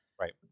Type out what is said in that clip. Right